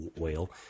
oil